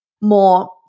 more